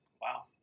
Wow